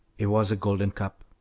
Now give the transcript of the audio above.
it was a golden cup.